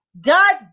God